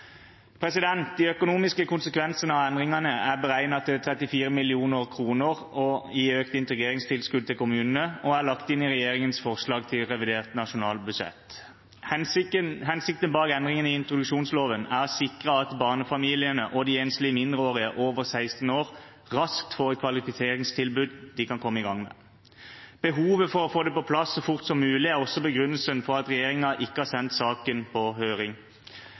De økonomiske konsekvensene av endringene er beregnet til 34 mill. kr i økt integreringstilskudd til kommunene og er lagt inn i regjeringens forslag til revidert nasjonalbudsjett. Hensikten bak endringene i introduksjonsloven er å sikre at barnefamiliene og de enslige mindreårige over 16 år raskt får et kvalifiseringstilbud de kan komme i gang med. Behovet for å få det på plass så fort som mulig er også begrunnelsen for at regjeringen ikke har sendt saken på høring.